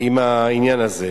עם העניין הזה.